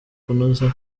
kunoza